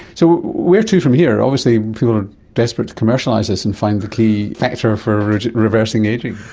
so where to from here? obviously people are desperate to commercialise this and find the key factor for reversing ageing.